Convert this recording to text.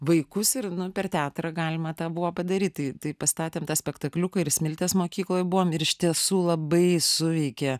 vaikus ir nu per teatrą galima tą buvo padaryt tai tai pastatėm tą spektakliuką ir smiltės mokykloj buvom ir iš tiesų labai suveikė